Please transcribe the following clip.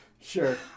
Sure